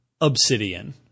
Obsidian